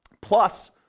plus